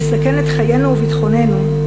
לסכן את חיינו וביטחוננו,